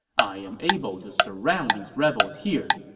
i am able to surround these rebels here.